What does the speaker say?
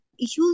issues